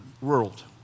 world